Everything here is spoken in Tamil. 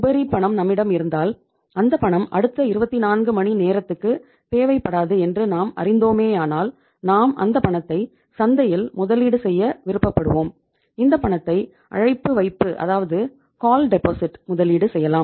உபரி பணம் முதலீடு செய்யலாம்